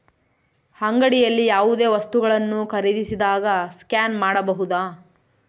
ಅಂಗಡಿಯಲ್ಲಿ ಯಾವುದೇ ವಸ್ತುಗಳನ್ನು ಖರೇದಿಸಿದಾಗ ಸ್ಕ್ಯಾನ್ ಮಾಡಬಹುದಾ?